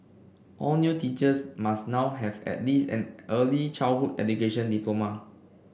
all new teachers must now have at least an early childhood education diploma